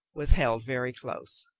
was held very close.